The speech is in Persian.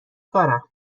کارم